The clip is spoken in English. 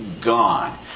gone